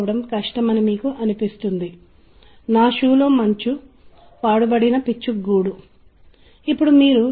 కాబట్టి నేను మీతో కలప గురించి చర్చించేటప్పుడు ఇది కూడా మనం మాట్లాడబోతున్న అంశం